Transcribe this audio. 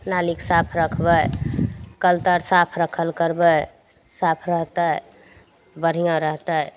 नालीके साफ रखबै कल तर साफ रक्खल करबै साफ रहतै बढ़िआँ रहतै